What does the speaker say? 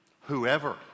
whoever